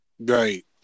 right